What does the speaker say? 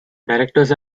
directors